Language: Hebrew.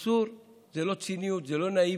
אסור, זה לא ציניות, זה לא נאיביות.